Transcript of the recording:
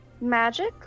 Magic